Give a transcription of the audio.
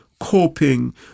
coping